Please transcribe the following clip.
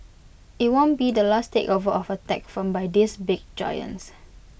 IT won't be the last takeover of A tech firm by these big giants